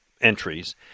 entries